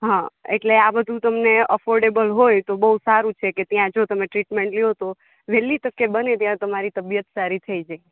હા એટલે આ બધુ તો તમે એફોર્ડેબલ હોય તો બોઉ સારું છે કે ત્યા જો તમે ટ્રીટમેન્ટ લ્યો તો વેલી તકે બને ત્યા તમારી તબિયત સારી થઈ જાય